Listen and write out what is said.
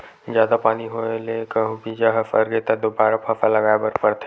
जादा पानी होए ले कहूं बीजा ह सरगे त दोबारा फसल लगाए बर परथे